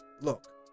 look